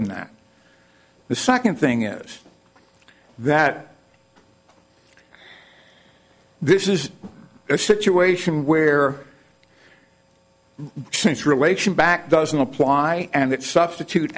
than that the second thing is that this is a situation where since relation back doesn't apply and that substitute